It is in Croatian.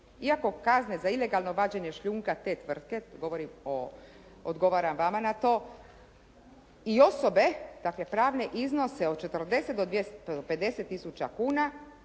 iako kazne za ilegalno vađenje šljunka te tvrtke, govorim o, odgovaram vama na to i osobe, dakle pravne iznose od 40 do 250000 kuna